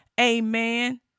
amen